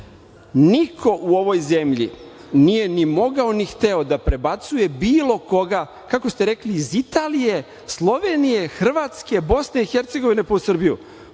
Niko u ovoj zemlji nije ni mogao, ni hteo da prebacuje bilo koga, kako ste rekli iz Italije, Slovenije, Hrvatske, BiH pa u Srbiju.